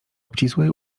obcisłej